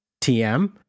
TM